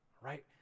right